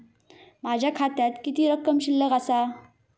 माझ्या खात्यात किती रक्कम शिल्लक आसा?